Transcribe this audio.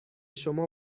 شما